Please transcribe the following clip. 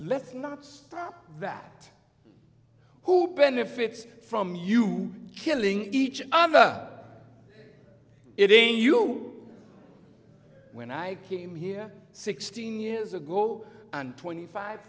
stop that who benefits from you killing each other it ain't you when i came here sixteen years ago and twenty five